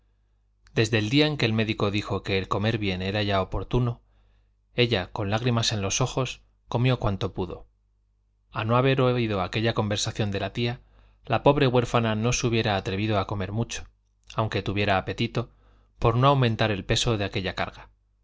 desde el día en que el médico dijo que el comer bien era ya oportuno ella con lágrimas en los ojos comió cuanto pudo a no haber oído aquella conversación de las tías la pobre huérfana no se hubiera atrevido a comer mucho aunque tuviera apetito por no aumentar el peso de aquella carga